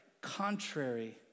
contrary